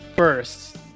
first